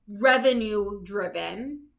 revenue-driven